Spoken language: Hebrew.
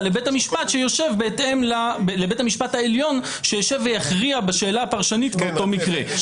לבית המשפט העליון שישב ויכריע בשאלה הפרשנית באותו מקרה.